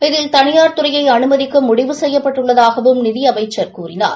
இதில் தனியார் துறையை அனுமதிக்க முடிவு செய்யப்பட்டுள்ளதாகவும் நிதி அமைச்சர் கூறினார்